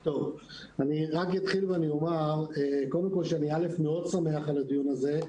אני אתחיל ואומר שאני מאוד שמח על הדיון הזה,